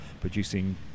producing